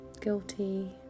guilty